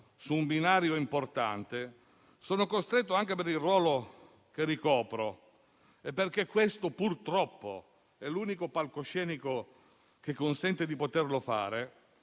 su un binario importante. Sono costretto, anche per il ruolo che ricopro e perché questo purtroppo è l'unico palcoscenico che consente di farlo, a